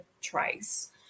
trace